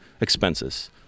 expenses